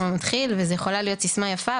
וזו יכולה להיות סיסמה יפה,